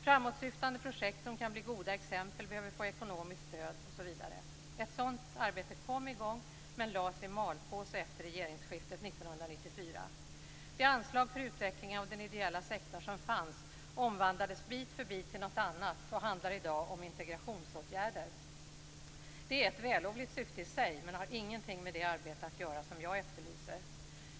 Framåtsyftande projekt som kan bli goda exempel behöver få ekonomiskt stöd osv. Ett sådant arbete kom i gång men lades i malpåse efter regeringsskiftet 1994. Det anslag för utveckling av den ideella sektorn som fanns omvandlades bit för bit till något annat och handlar i dag om integrationsåtgärder. Det är ett vällovligt syfte i sig men har ingenting med det arbete att göra som jag efterlyser.